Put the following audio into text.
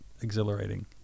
exhilarating